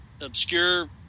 obscure